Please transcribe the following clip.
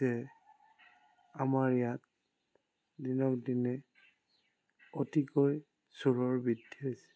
যে আমাৰ ইয়াত দিনক দিনে অতিকৈ চোৰৰ বৃদ্ধি হৈছে